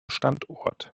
standort